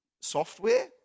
software